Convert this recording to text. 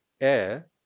air